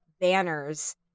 banners